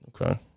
Okay